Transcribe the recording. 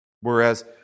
Whereas